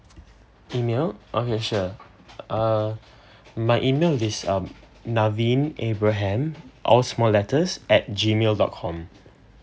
email okay sure uh my email is uh naveen abraham all small letters at G mail dot com